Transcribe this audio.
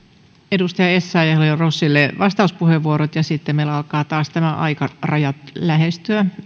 edustaja essayahille ja rossille vastauspuheenvuorot ja sitten meillä alkaa taas aikaraja lähestyä